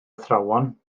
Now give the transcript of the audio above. athrawon